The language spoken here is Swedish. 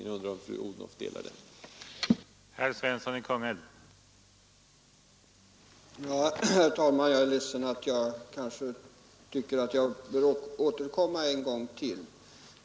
Jag undrar om fru Odhnoff delar denna uppfattning.